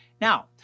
Now